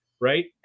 Right